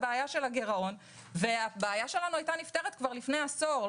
בעיית הגירעון ואז הבעיה שלנו הייתה נפתרת כבר לפני עשור,